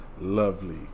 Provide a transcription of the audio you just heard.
lovely